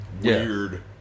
weird